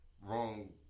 wrong